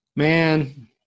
Man